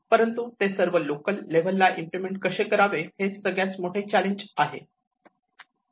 परंतु ते सर्व लोकल लेवल ला इम्प्लिमेंट कसे करावे हेच सगळ्यात मोठे चॅलेंज आहे